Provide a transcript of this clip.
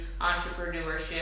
entrepreneurship